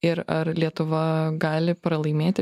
ir ar lietuva gali pralaimėti